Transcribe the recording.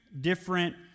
different